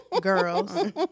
girls